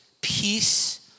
peace